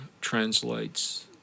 translates